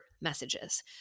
messages